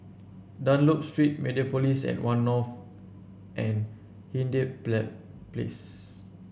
Dunlop Street Mediapolis at One North and Hindhede Plow Place